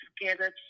together